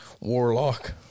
warlock